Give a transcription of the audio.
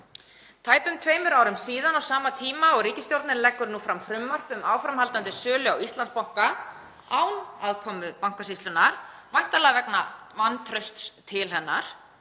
Tæpum tveimur árum síðar, á sama tíma og ríkisstjórnin leggur nú fram frumvarp um áframhaldandi sölu á Íslandsbanka án aðkomu Bankasýslunnar, væntanlega vegna vantrausts til hennar,